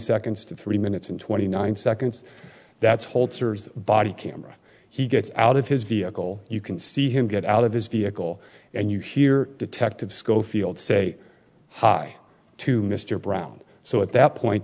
seconds to three minutes and twenty nine seconds that's hold cers body camera he gets out of his vehicle you can see him get out of his vehicle and you hear detective schofield say hi to mr brown so at that point